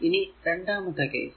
ഇനി രണ്ടാമത്തെ കേസ്